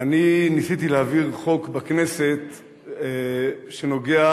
אני ניסיתי להעביר חוק בכנסת שנוגע